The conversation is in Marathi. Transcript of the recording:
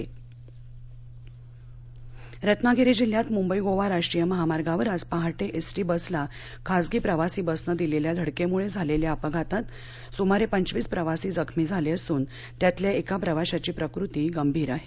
अपघात रत्नागिरी जिल्ह्यात मुंबई गोवा राष्ट्रीय महामार्गावर आज पहाटे एसटी बसला खाजगी प्रवासी बसनं दिलेल्या धडकेमुळे झालेल्या अपघातात सुमारे पंचवीस प्रवासी जखमी झाले असून त्यातील एका प्रवाशाची प्रकृती गंभीर आहे